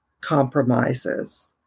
compromises